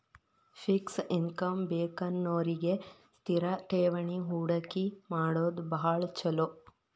fix income ಬೇಕನ್ನೋರಿಗಿ ಸ್ಥಿರ ಠೇವಣಿ ಹೂಡಕಿ ಮಾಡೋದ್ ಭಾಳ್ ಚೊಲೋ